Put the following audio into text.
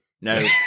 no